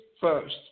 first